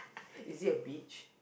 it is a beach